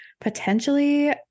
potentially